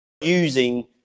using